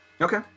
Okay